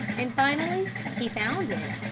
and finally he found it.